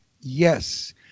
yes